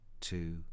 two